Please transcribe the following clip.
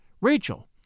Rachel